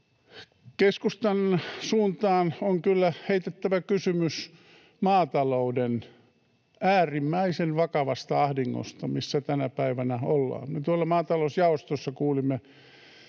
Keskustan suuntaan on kyllä heitettävä kysymys maatalouden äärimmäisen vakavasta ahdingosta, missä tänä päivänä ollaan. Me tuolla maatalousjaostossa kuulimme